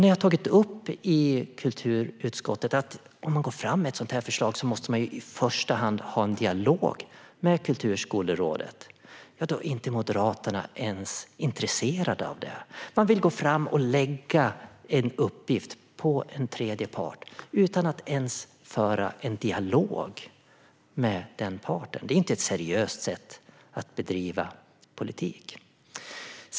Ni har tagit upp i kulturutskottet, Cecilia Magnusson, att om man ska gå fram med ett sådant förslag måste i man första hand ha en dialog med Kulturskolerådet. Men Moderaterna är inte ens intresserade av det, utan de vill gå fram och lägga en uppgift på en tredje part utan att ens föra en dialog med denna part. Detta är inte ett seriöst sätt att bedriva politik.